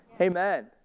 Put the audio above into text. Amen